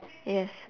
yes